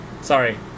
Sorry